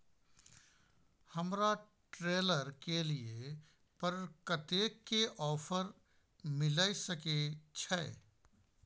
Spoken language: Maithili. हमरा ट्रेलर के लिए पर कतेक के ऑफर मिलय सके छै?